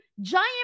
Giant